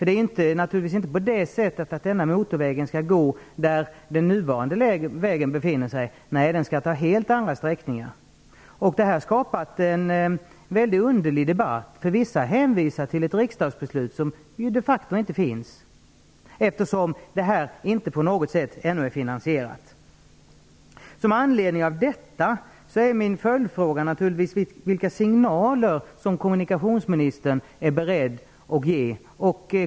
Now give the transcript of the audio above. Det är ju naturligtvis inte på det sättet att denna motorväg skall gå där den nuvarande vägen går. Nej, den skall ta helt andra sträckningar. Det här har skapat en väldigt underlig debatt. Vissa hänvisar ju till ett riksdagsbeslut som de facto inte finns, eftersom det här inte på något sätt ännu är finansierat. Med anledning av detta är min följdfråga naturligtvis vilka signaler som kommunikationsministern är beredd att ge.